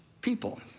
people